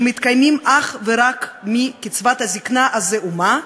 שמתקיימים אך ורק מקצבת הזיקנה הזעומה,